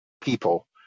people